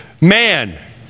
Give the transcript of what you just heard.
Man